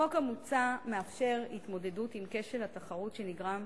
החוק המוצע מאפשר התמודדות עם כשל התחרות שנגרם